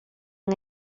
han